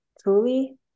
truly